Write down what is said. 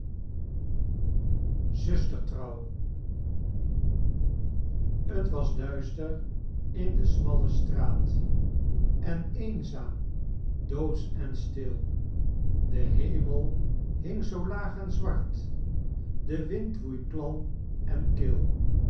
t was duister in de smalle straat en eenzaam doodsch en stil de hemel hing zoo laag en zwart de wind woei klam en kil